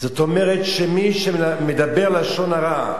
זאת אומרת שמי שמדבר לשון הרע,